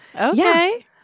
Okay